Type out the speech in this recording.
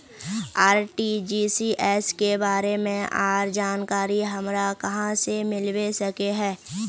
RTGS के बारे में आर जानकारी हमरा कहाँ से मिलबे सके है?